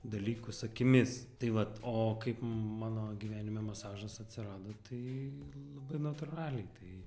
dalykus akimis tai vat o kaip mano gyvenime masažas atsirado tai labai natūraliai tai